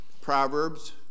Proverbs